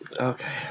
Okay